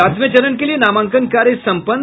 सातवें चरण के लिए नामांकन कार्य सम्पन्न